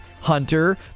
Hunter